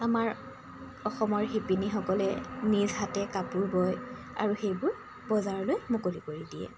আমাৰ অসমৰ শিপীনিসকলে নিজ হাতে কাপোৰ বয় আৰু সেইবোৰ বজাৰলৈ মুকলি কৰি দিয়ে